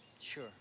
Sure